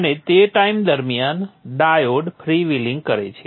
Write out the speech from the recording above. અને તે ટાઈમ દરમિયાન ડાયોડ ફ્રીવ્હિલિંગ કરે છે